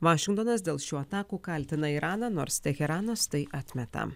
vašingtonas dėl šių atakų kaltina iraną nors teheranas tai atmeta